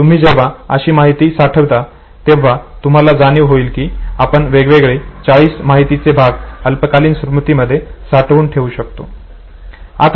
तुम्ही जेव्हा अशी माहिती साठविता तेव्हा तुम्हाला जाणीव होईल की आपण वेगवेगळे 40 माहितीचे भाग अल्पकालीन स्मृतीमध्ये साठवून ठेवू शकतो